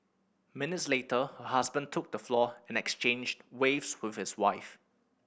minutes later her husband took the floor and exchanged waves with his wife